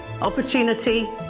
opportunity